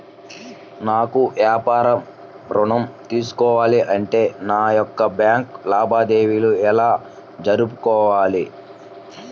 నాకు వ్యాపారం ఋణం తీసుకోవాలి అంటే నా యొక్క బ్యాంకు లావాదేవీలు ఎలా జరుపుకోవాలి?